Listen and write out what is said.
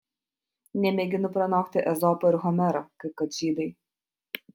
nemėginu pranokti ezopo ir homero kaip kad žydai